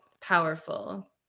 powerful